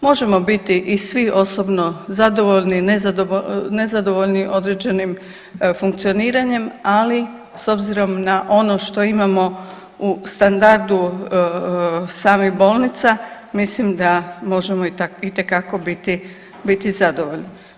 Možemo biti i svi osobno zadovoljni i nezadovoljni određenim funkcioniranjem ali s obzirom na ono što imamo u standardu samih bolnica mislim da možemo itekako biti zadovoljni.